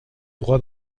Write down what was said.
droit